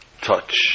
touch